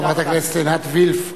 חברת הכנסת עינת וילף,